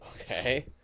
Okay